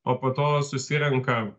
o po to susirenka